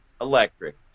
electric